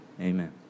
amen